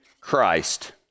Christ